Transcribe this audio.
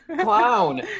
Clown